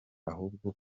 ahubwo